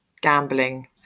gambling